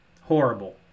Horrible